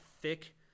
thick